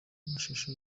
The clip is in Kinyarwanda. mashusho